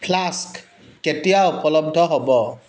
flask কেতিয়া উপলব্ধ হ'ব